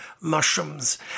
mushrooms